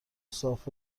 صاف